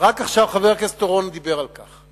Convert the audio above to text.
רק עכשיו חבר הכנסת אורון דיבר על כך.